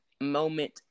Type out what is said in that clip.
moment